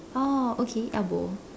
oh okay elbow